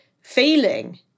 feeling –